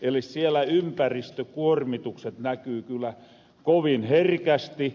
eli siellä ympäristökuormitukset näkyy kyllä kovin herkästi